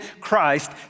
Christ